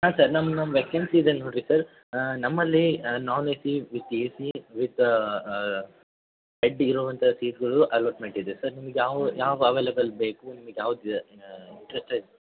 ಹಾಂ ಸರ್ ನಮ್ಮ ನಮ್ಮ ವೆಕೆನ್ಸಿ ಇದೆ ನೋಡಿರಿ ಸರ್ ನಮ್ಮಲ್ಲಿ non A C with A C with head ಇರುವಂಥ ಸೀಟ್ಗಳು ಅಲಾಟ್ಮೆಂಟ್ ಇದೆ ಸರ್ ನಿಮ್ಗೆ ಯಾವ ಯಾವ ಅವೆಲಬಲ್ ಬೇಕು ನಿಮಗೆ ಯಾವ್ದು ಇಂಟ್ರಸ್ಟ್ ಐತೆ